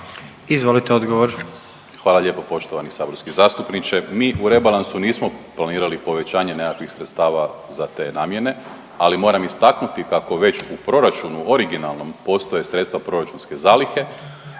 Marko** Hvala lijepo poštovani saborski zastupniče. Mi u rebalansu nismo planirali povećanje nekakvih sredstava za te namjene, ali moramo istaknuti kako već u proračunu originalnom postoje sredstva proračunske zalihe.